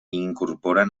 incorporen